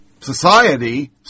society